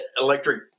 electric